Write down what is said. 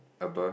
above